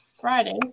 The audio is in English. Friday